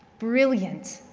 brilliant,